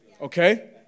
Okay